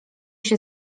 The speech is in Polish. się